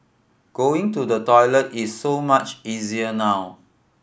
going to the toilet is so much easier now